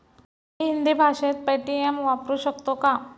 मी हिंदी भाषेत पेटीएम वापरू शकतो का?